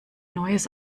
neues